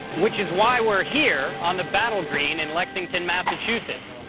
which is why we're here on the battle green in lexington, massachusetts,